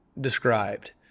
described